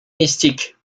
mystique